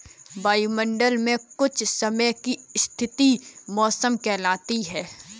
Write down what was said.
वायुमंडल मे कुछ समय की स्थिति मौसम कहलाती है